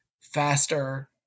faster